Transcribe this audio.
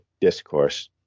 discourse